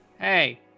hey